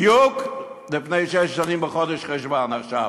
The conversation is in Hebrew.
בדיוק לפני שש שנים, בחודש חשוון, עכשיו.